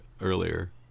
earlier